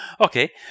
Okay